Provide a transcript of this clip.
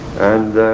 and